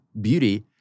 beauty